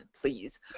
please